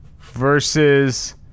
Versus